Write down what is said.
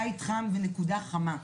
בית חם ונקודה חמה.